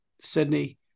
Sydney